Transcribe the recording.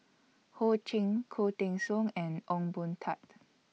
Ho Ching Khoo Teng Soon and Ong Boon Tat